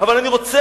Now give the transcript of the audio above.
אבל אני רוצה,